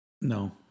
No